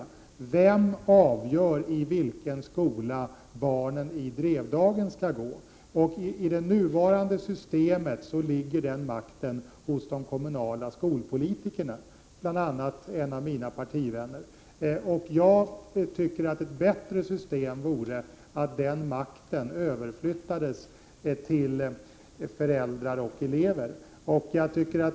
Vem avgör vilken skola barnen i Drevdagen skall gå i? Enligt det nuvarande systemet ligger den makten hos de kommunala skolpolitikerna, bl.a. hos en av mina partivänner. Jag tycker att ett bättre system vore att makten överflyttades till föräldrar och elever.